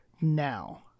now